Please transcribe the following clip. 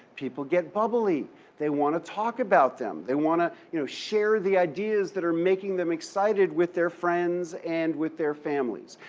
people get bubbly they want to talk about them. they want to you know share the ideas that are making them excited with their friends and with their families.